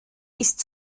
ist